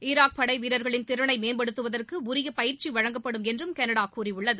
Iraq படை வீரர்களின் திறளை மேம்படுத்துவதற்கு உரிய பயிற்சி வழங்கப்படும் என்றும் கனடா கூறியுள்ளது